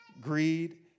greed